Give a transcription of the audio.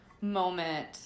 moment